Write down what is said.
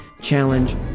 challenge